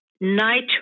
Night